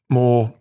more